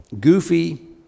Goofy